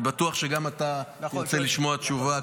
אני בטוח שגם אתה תרצה לשמוע תשובה,